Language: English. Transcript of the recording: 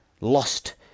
lost